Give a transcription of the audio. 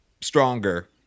stronger